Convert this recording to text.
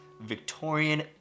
Victorian